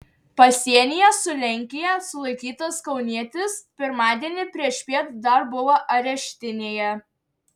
pasienyje su lenkija sulaikytas kaunietis pirmadienį priešpiet dar buvo areštinėje